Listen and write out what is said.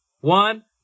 one